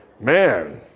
man